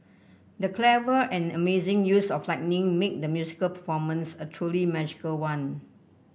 the clever and amazing use of lighting made the musical performance a truly magical one